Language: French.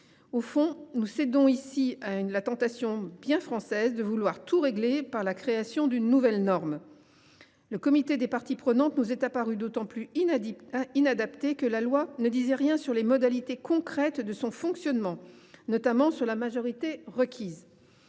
Au fond, on cède ici à la tentation bien française de vouloir tout régler par la création d’une nouvelle norme… Le comité des parties prenantes nous est apparu d’autant plus inadapté que les modalités concrètes de son fonctionnement, notamment sur la majorité requise,